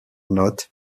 not